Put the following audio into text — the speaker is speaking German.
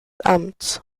amts